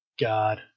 god